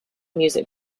music